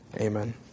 Amen